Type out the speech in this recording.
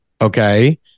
Okay